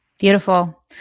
Beautiful